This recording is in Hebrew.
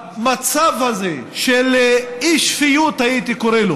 במצב הזה של אי-שפיות, הייתי קורא לו,